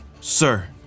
Sir